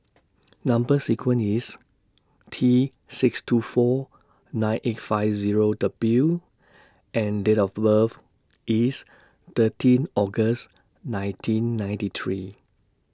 Number sequence IS T six two four nine eight five Zero W and Date of birth IS thirteen August nineteen ninety three